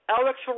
Alex